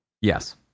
Yes